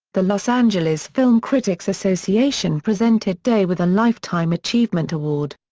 the los angeles film critics association presented day with a lifetime achievement award.